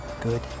Good